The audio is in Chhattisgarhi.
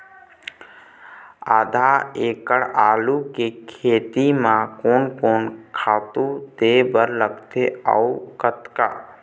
आधा एकड़ आलू के खेती म कोन कोन खातू दे बर लगथे अऊ कतका?